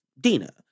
Dina